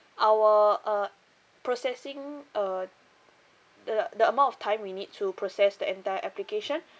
our uh processing uh the the amount of time we need to process the entire application